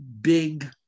big